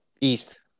East